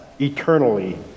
eternally